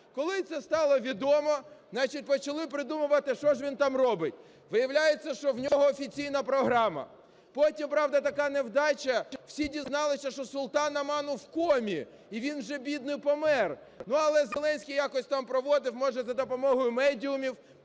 Коли це стало відомо, значить, почали придумувати, що ж він там робить. Виявляється, що в нього офіційна програма. Потім, правда, така невдача: всі дізналися, що султан Оману в комі, і він вже бідний помер. Але Зеленський якось там проводив, може за допомогою медіумів,